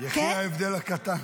יחי ההבדל הקטן.